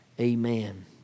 Amen